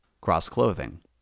cross-clothing